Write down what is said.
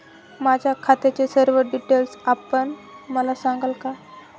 माझ्या खात्याचे सर्व डिटेल्स आपण मला सांगाल का?